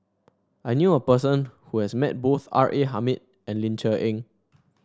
I knew a person who has met both R A Hamid and Ling Cher Eng